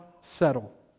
settle